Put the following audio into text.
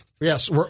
Yes